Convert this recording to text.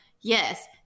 yes